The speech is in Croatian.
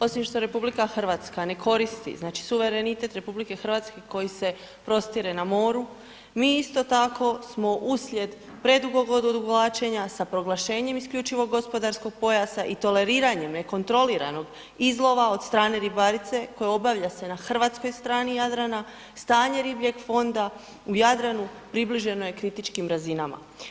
Osim što RH ne koristi, znači, suverenitet RH koji se prostire na moru, mi isto tako smo uslijed predugog odugovlačenja sa proglašenjem isključivog gospodarskog pojasa i toleriranjem nekontroliranog izlova od strane ribarice koja obavlja se na hrvatskoj strani Jadrana stanje ribljeg fonda u Jadranu približeno je kritičkim razinama.